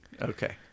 Okay